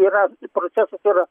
yra procesas yra